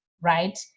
Right